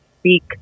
speak